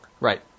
Right